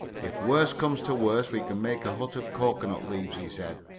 if worst comes to worst we can make a hut of cocoanut leaves, he said.